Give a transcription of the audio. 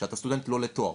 שאתה סטודנט לא לתואר.